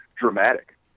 dramatic